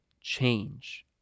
change